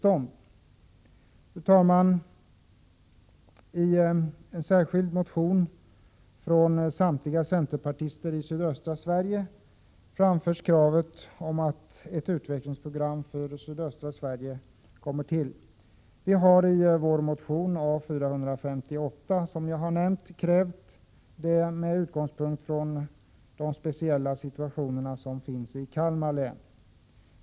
Fru talman! I en särskild motion från samtliga centerpartister i sydöstra Sverige framförs kravet på ett utvecklingsprogram för just sydöstra Sverige. I motion A458 ställer vi i centern — som jag tidigare nämnt — detta krav, med utgångspunkt i den speciella situation som råder i Kalmar län.